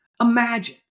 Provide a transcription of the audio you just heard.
Imagine